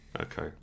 Okay